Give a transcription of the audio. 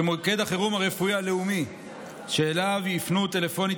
כמוקד החירום הרפואי הלאומי שאליו יפנו טלפונית